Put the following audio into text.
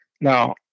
Now